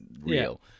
real